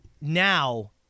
now